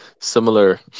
similar